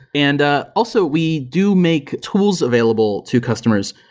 and also, we do make tools available to customers.